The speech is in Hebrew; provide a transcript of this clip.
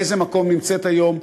באיזה מקום נמצאת היום,